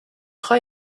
خوای